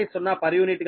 10 p